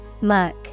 Muck